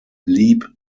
leap